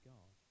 God